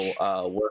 work